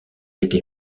été